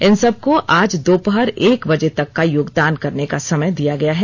इन सबको आज दोपहर एक बजे तक का योगदान करने का समय दिया गया है